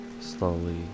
slowly